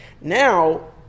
Now